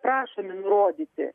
prašomi nurodyti